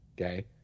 Okay